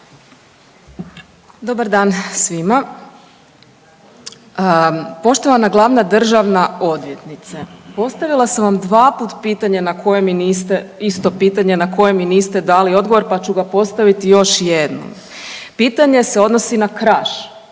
Dobar dan svima. Poštovana glavna državna odvjetnice. Postavila sam vam dvaput pitanje na koje mi niste, isto pitanje, na koje mi niste dali odgovor pa ću ga postaviti još jednom. Pitanje se odnosi na Kraš,